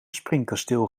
springkasteel